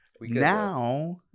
Now